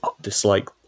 dislike